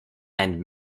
and